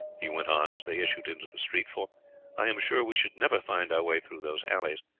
he went on, as they issued into the street, for i am sure we should never find our way through those alleys.